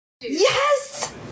Yes